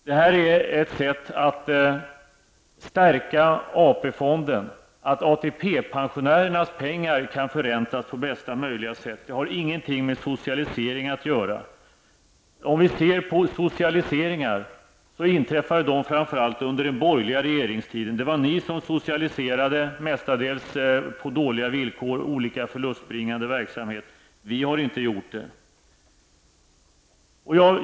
Det är ett sätt att stärka AP-fonden så att ATP pensionärernas pengar kan förräntas på bästa möjliga sätt. Det har ingenting med socialisering att göra. Om vi ser till socialiseringar, inträffade de framför allt under den borgerliga regeringstiden. Det var ni som på mestadels dåliga villkor socialiserade olika förlustbringande verksamheter. Det är inte vi som har gjort det.